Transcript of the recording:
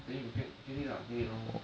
then you get get it lah get it now